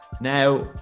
Now